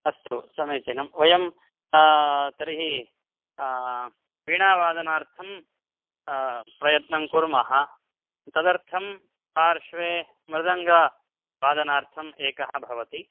अस्तु समीचीनं वयं तर्हि वीणावादनार्थं प्रयत्नं कुर्मः तदर्थं पार्श्वे मृदङ्गवादनार्थम् एकः भवति